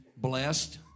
blessed